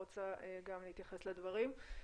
רוצה גם להתייחס לדברים.